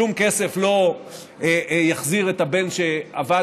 שום כסף לא יחזיר את הבן שאבד,